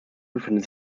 befindet